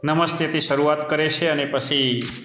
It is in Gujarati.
નમસ્તેથી શરૂઆત કરે છે અને પછી